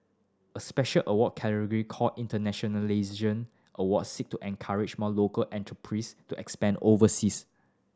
a special award category called Internationalisation Award seek to encourage more local enterprise to expand overseas